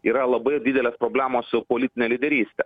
yra labai didelės problemos su politinę lyderystę